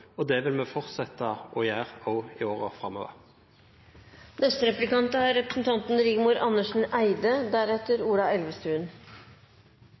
og det vil vi fortsette å gjøre også i årene framover.